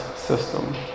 system